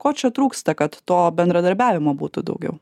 ko čia trūksta kad to bendradarbiavimo būtų daugiau